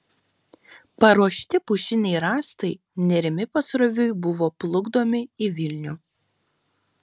paruošti pušiniai rąstai nerimi pasroviui buvo plukdomi į vilnių